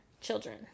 children